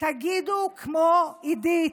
תגידו כמו עידית: